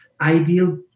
ideal